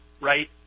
right